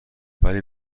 ولی